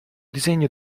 disegno